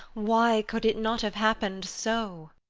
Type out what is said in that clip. why could it not have happened so!